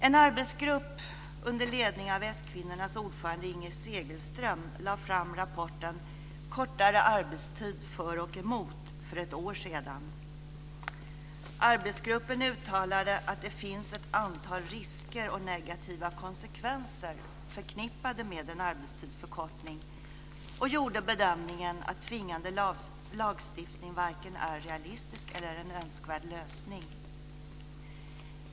En arbetsgrupp under ledning av s-kvinnornas ordförande Inger Segelström lade fram rapporten Arbetsgruppen uttalade, till synes enigt, att det finns ett antal risker och negativa konsekvenser förknippade med en arbetstidsförkortning och gjorde bedömningen att tvingande lagstiftning varken är en realistisk eller en önskvärd lösning.